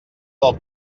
del